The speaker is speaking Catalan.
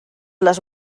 les